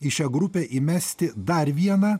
į šią grupę įmesti dar vieną